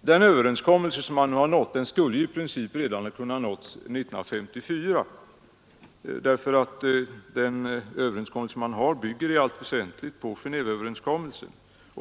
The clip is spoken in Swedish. Den överenskommelse som nu nåtts skulle i princip kunnat nås redan 1954. Den överenskommelse man har träffat bygger nämligen i allt väsentligt på Genéveöverenskommelsen.